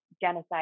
genocide